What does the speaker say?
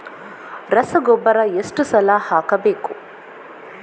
ರಸಗೊಬ್ಬರ ಎಷ್ಟು ಸಲ ಹಾಕಬೇಕು?